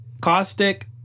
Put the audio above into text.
Caustic